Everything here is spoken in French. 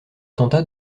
tenta